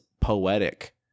poetic